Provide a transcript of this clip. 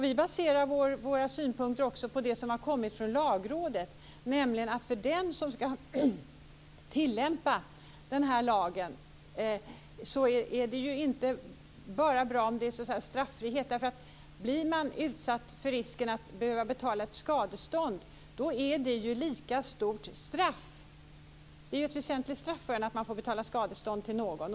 Vi baserar våra synpunkter också på det som har påpekats från Lagrådet, nämligen att för den som ska tillämpa lagen är det inte bara bra om det är straffrihet. Blir man utsatt för risken att behöva betala skadestånd är det ju ett lika stort straff. Det är ett väsentligt straff att man får betala skadestånd till någon.